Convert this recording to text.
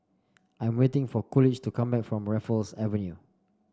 I am waiting for Coolidge to come back from Raffles Avenue